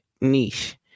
niche